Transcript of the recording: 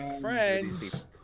Friends